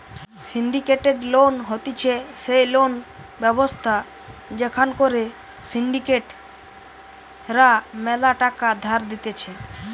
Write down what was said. syndicated loan হতিছে সেই loan ব্যবস্থা যেখান করে সিন্ডিকেট রা ম্যালা টাকা ধার দিতেছে